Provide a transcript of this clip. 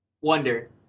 Wonder